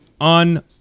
on